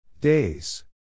Days